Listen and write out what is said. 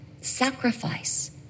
sacrifice